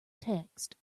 text